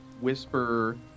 whisper